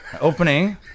Opening